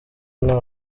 nta